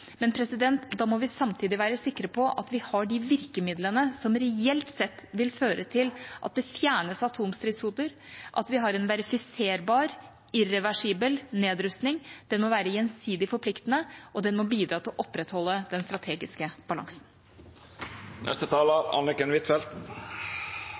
men da må vi samtidig være sikre på at vi har de virkemidlene som reelt sett vil føre til at det fjernes atomstridshoder: at vi har en verifiserbar, irreversibel nedrustning. Den må være gjensidig forpliktende, og den må bidra til å opprettholde den strategiske